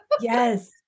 Yes